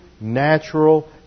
natural